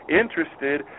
interested